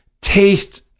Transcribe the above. taste